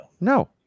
no